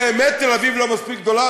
באמת תל-אביב לא מספיק גדולה?